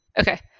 Okay